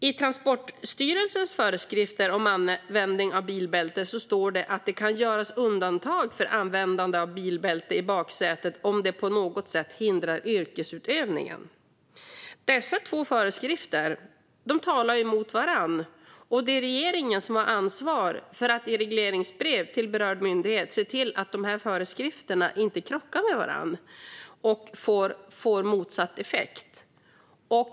I Transportstyrelsens föreskrifter om användning av bilbälte står det att det kan göras undantag för användande av bilbälte i baksätet om det på något sätt hindrar yrkesutövningen. Dessa två föreskrifter talar mot varandra, och det är regeringen som har ansvar för att i regleringsbrev till berörd myndighet se till att föreskrifterna inte krockar med varandra och får motsatt effekt.